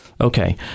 Okay